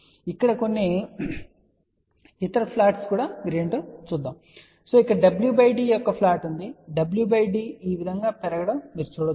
ఇప్పుడు ఇక్కడ ఉన్న ఇతర ప్లాట్లు ఏమిటో చూద్దాం కాబట్టి ఇక్కడ w d యొక్క ప్లాట్ ఉంది wd ఈ విధంగా పెరగడం మీరు చూడవచ్చు